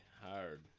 hard